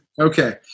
Okay